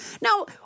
Now